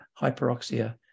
hyperoxia